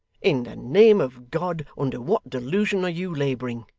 in the name of god, under what delusion are you labouring